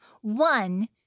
one